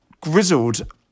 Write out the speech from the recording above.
grizzled